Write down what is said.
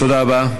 תודה רבה.